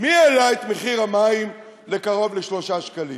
מי העלה את מחיר המים לקרוב ל-3 שקלים?